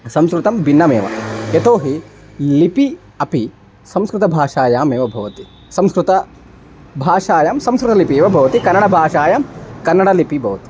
संस्कृतं भिन्नमेव यतो हि लिपिः अपि संस्कृतभाषायाम् एव भवति संस्कृतभाषायां संस्कृतलिपिः एव भवति कन्नडबाषायं कन्नडलिपि भवति